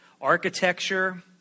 architecture